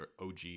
OG